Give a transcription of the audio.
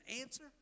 answer